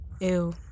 Ew